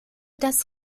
das